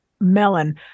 melon